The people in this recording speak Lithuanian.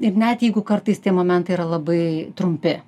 ir net jeigu kartais tie momentai yra labai trumpi